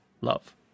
love